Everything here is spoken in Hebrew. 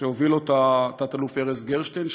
שהוביל תת-אלוף ארז גרשטיין,